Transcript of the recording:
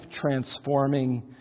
transforming